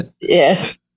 yes